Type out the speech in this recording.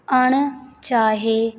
ਅਣਚਾਹੇ